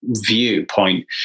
viewpoint